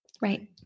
right